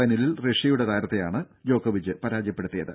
ഫൈനലിൽ റഷ്യയുടെ താരത്തെയാണ് ജോക്കോവിച്ച് പരാജയപ്പെടുത്തിയത്